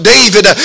David